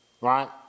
right